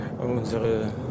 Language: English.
unsere